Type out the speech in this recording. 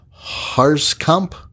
Harskamp